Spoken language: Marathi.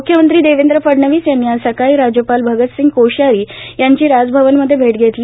म्ख्यमंत्री देवेंद्र फडणवीस यांनी आज सकाळी राज्यपाल भगतसिंह कोश्यारी यांची राजभवनमध्ये भेट घेतली